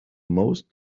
most